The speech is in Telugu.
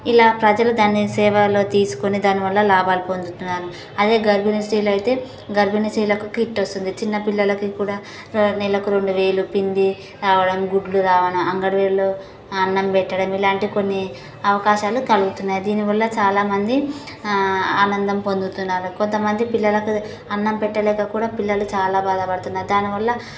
ఇలా ప్రజలు దాన్ని సేవలో తీసుకోని దానివల్ల లాభాలు పొందుతున్నారు అదే గర్భిణి స్త్రీలు అయితే గర్భిణీ స్త్రీలకు కిట్టు వస్తుంది చిన్న పిల్లలకి కూడా నెలకు రెండు వేలు పిండి రావడం గుడ్లు రావడం అంగన్వాడీలో అన్నం పెట్టడం ఇలాంటి కొన్ని అవకాశాలు కలుగుతున్నాయి దీనివల్ల చాలామంది ఆనందం పొందుతున్నారు కొంతమంది పిల్లలకు అన్నం పెట్టలేక కూడా పిల్లలు చాలా బాధపడుతున్నారు దానివల్ల